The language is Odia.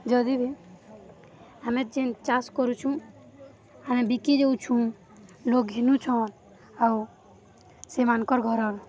ଯଦି ବି ଆମେ ଯେନ୍ ଚାଷ କରୁଛୁଁ ଆମେ ବିକି ଯାଉଛୁଁ ଲୋକ୍ ଘିନୁଛନ୍ ଆଉ ସେମାନଙ୍କର ଘରର